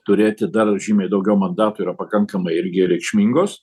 turėti dar žymiai daugiau mandatų yra pakankamai irgi reikšmingos